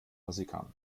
versickern